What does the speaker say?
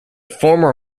former